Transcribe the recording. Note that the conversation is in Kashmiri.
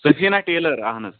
سٔفیٖنہ ٹیلر اَہن حظ